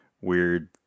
weird